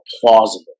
plausible